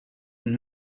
und